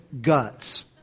guts